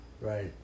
Right